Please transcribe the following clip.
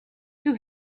who